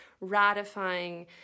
ratifying